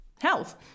health